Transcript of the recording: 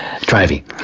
driving